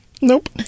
Nope